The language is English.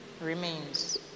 remains